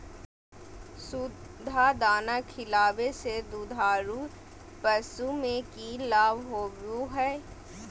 सुधा दाना खिलावे से दुधारू पशु में कि लाभ होबो हय?